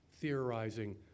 theorizing